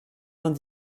vingt